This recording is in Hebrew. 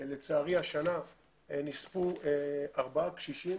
לצערי השנה נספו ארבעה קשישים